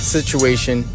Situation